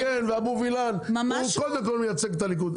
כן בדיוק